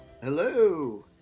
Hello